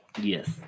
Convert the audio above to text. Yes